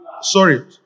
sorry